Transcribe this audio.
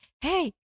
hey